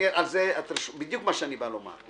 זה בדיוק מה שאני בא לומר.